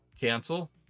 cancel